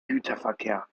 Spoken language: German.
güterverkehr